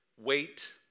wait